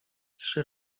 trzy